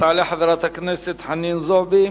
תעלה חברת הכנסת חנין זועבי,